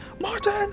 Martin